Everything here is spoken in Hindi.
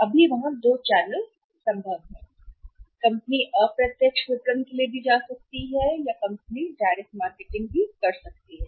अभी वहाँ दो चैनलों संभव कंपनी अप्रत्यक्ष विपणन के लिए भी जा सकते हैं या कंपनी कर सकते हैं डायरेक्ट मार्केटिंग के लिए जाएं